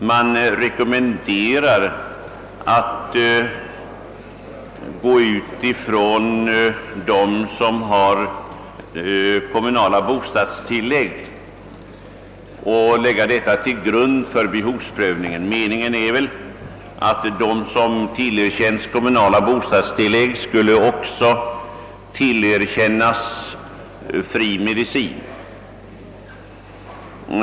Det rekommenderas att man skall låta reglerna för de kommunala bostadstilläggen utgöra grund för behovsprövningen. Meningen är väl att de som tillerkänts kommunala bostadstillägg också skulle erhålla fri medicin.